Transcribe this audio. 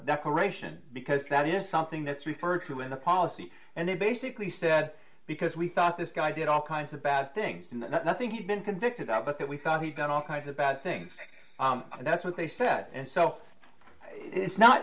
declaration because that is something that's referred to in the policy and they basically said because we thought this guy did all kinds of bad things in the nothing he'd been convicted of but that we thought he'd been all kinds of bad things and that's what they said and so it's not